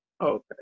Okay